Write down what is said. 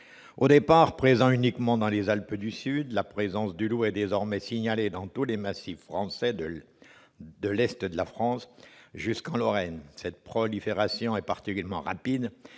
Au départ signalée uniquement dans les Alpes du Sud, la présence du loup est désormais avérée dans tous les massifs français de l'est de la France, jusqu'en Lorraine. Cette prolifération est également rapide